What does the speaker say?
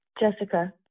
Jessica